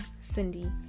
Cindy